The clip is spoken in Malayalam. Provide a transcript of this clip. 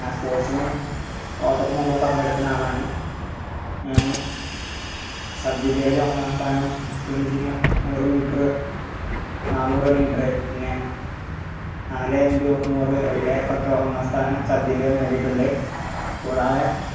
ഞാന് സ്പോർട്സിന് ഓട്ടത്തിനോക്കെ പങ്കെടുക്കുന്ന ആളാണ് ഞാന് സബ് ജില്ലയില് ഒന്നാം സ്ഥാനം സ്പ്രിൻടിന് നൂറ് മീറ്റ്റ് നാന്നൂറ് മീറ്റ്റ് പിന്നെ നാല് ഇൻടു നൂറ് റിലേക്കൊക്കെ ഒന്നാം സ്ഥാനം സബ് ജില്ലയിൽ നേടിയിട്ടുണ്ട് കൂടാതെ